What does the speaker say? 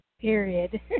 Period